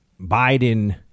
Biden